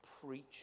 Preach